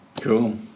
Cool